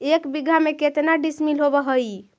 एक बीघा में केतना डिसिमिल होव हइ?